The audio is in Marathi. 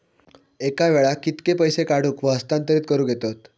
एका वेळाक कित्के पैसे काढूक व हस्तांतरित करूक येतत?